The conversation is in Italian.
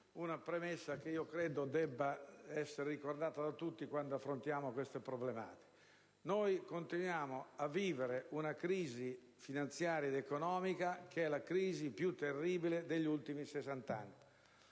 una premessa che credo debba essere ricordata da tutti quando affrontiamo simili problematiche. Continuiamo a vivere una crisi finanziaria ed economica che è la più terribile degli ultimi sessant'anni.